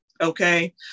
Okay